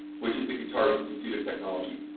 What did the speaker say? which is the guitar institute of technology,